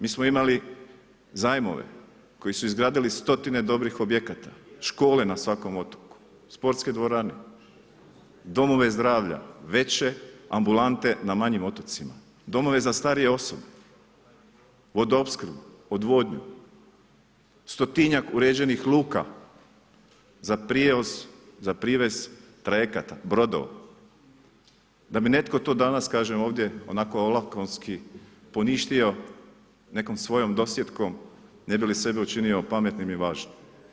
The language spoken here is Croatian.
Mi smo imali zajmove koji su izgradili stotine dobrih objekata, škole na svakom otoku, sportske dvorane, domove zdravlja, veće ambulante na manjim otocima, domove za starije osobe, vodoopskrbu, odvodnju, stotinjak uređenih luka za prijevoz, za privez trajekata, brodova da bi netko to danas, kažem ovdje onako olakonski, poništio nekom svojom dosjetkom ne bi li sebe učinio pametnim i važnim.